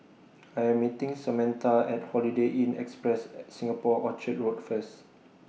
I Am meeting Samatha At Holiday Inn Express Singapore Orchard Road First